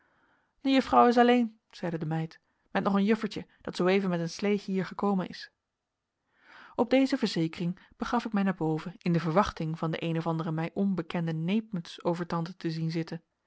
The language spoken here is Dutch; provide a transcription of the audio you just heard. de juffrouw is alleen zeide de meid met nog een juffertje dat zooeven met een sleetje hier gekomen is op deze verzekering begaf ik mij naar boven in de verwachting van de eene of andere mij onbekende neepmuts over tante te zien zitten